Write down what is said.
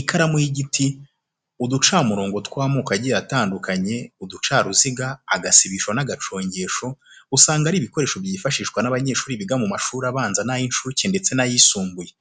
Ikaramu y'igiti, uducamurongo tw'amoko agiye atandukanye, uducaruziga, agasibisho n'agacongesho usanga ari ibikoresho byifashishwa n'abanyeshuri biga mu mashuri abanza n'ay'incuke ndetse n'ayisumbuye.